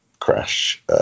crash